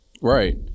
Right